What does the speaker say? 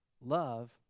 Love